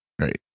Right